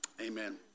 amen